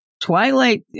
Twilight